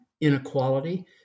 inequality